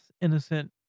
innocent